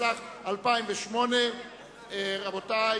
התשס”ח 2008. רבותי,